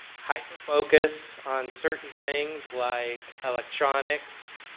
hyper focus on certain things, like electronics,